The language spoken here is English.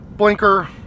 Blinker